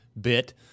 bit